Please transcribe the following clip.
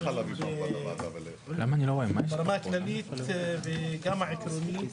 ברמה הכללית וגם עקרונית.